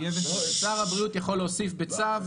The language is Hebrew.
שר הבריאות יכול להוסיף בצו,